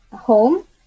home